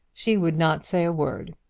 she would not say a word.